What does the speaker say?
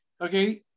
okay